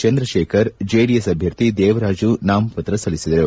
Chandrashekhar JDS ಅಭ್ಯರ್ಥಿ ದೇವರಾಜು ನಾಮಪತ್ರ ಸಲ್ಲಿಸಿದರು